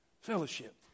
Fellowship